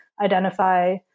identify